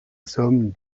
somme